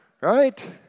Right